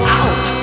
out